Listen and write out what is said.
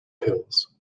pills